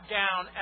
down